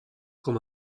com